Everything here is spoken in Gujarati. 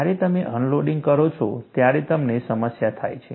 જ્યારે તમે અનલોડિંગ કરો છો ત્યારે તમને સમસ્યા થાય છે